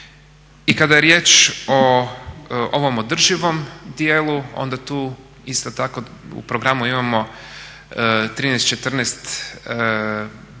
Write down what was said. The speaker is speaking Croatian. I kada je riječ o ovom održivom dijelu onda tu isto tako u programu imamo 13-14 akcijskih